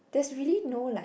there's really no like